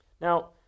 Now